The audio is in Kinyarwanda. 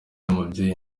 umubyeyi